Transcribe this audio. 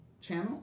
channel